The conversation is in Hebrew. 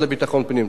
והמשרד לביטחון פנים.